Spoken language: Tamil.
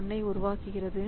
ஐ உருவாக்குகிறது